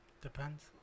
depends